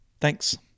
Thanks